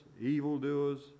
evildoers